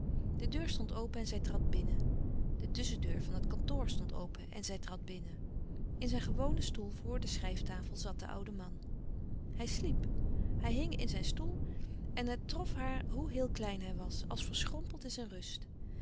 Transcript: de deur stond open en zij trad binnen de tusschendeur van het kantoor stond open en zij trad binnen in zijn gewonen stoel voor de schrijftafel zat de oude man hij sliep hij hing in zijn stoel en het trof haar hoe heel klein hij was als verschrompeld in zijn rust